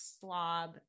slob